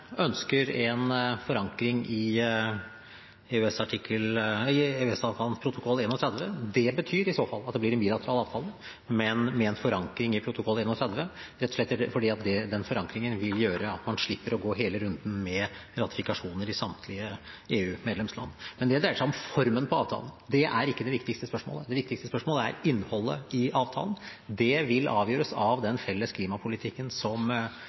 ønsker en forankring i EØS-avtalens protokoll 31. Det betyr i så fall at det blir en bilateral avtale, men med en forankring i protokoll 31, rett og slett fordi den forankringen vil gjøre at man slipper å gå hele runden med ratifikasjoner i samtlige EU-medlemsland. Men det dreier seg om formen på avtalen, og det er ikke det viktigste spørsmålet. Det viktigste spørsmålet er innholdet i avtalen. Det vil avgjøres av den felles klimapolitikken som